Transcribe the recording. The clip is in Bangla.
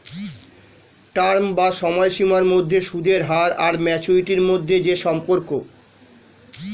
টার্ম বা সময়সীমার মধ্যে সুদের হার আর ম্যাচুরিটি মধ্যে যে সম্পর্ক